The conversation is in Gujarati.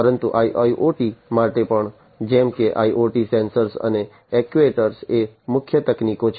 પરંતુ IIoT માટે પણ જેમ કે IoT સેન્સર્સ અને એક્ટ્યુએટર્સ એ મુખ્ય તકનીકો છે